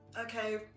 Okay